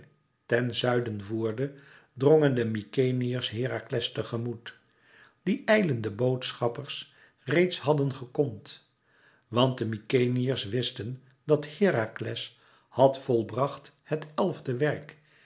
ten zuiden voerde drongen de mykenæërs herakles te gemoet dien ijlende boodschappers reeds hadden gekond want de mykenæërs wisten dat herakles had volbracht het elfde werk